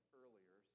earlier